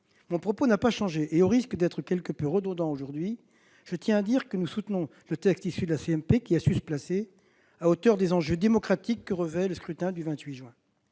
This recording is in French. Mon propos n'a pas changé et, au risque d'être quelque peu redondant aujourd'hui, je tiens à déclarer que nous soutenons le texte issu de la commission mixte paritaire, car il est à la hauteur des enjeux démocratiques que revêt le scrutin du 28 juin